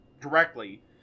directly